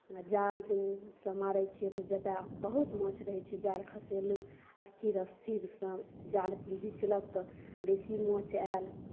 जालसँ मारैत छियै तऽ जतय बहुत माछ रहैत छै जाल खसेलहुँ स्थिर स्थिरसँ जाल घिचलक तऽ बेसी माछ आयल